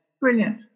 brilliant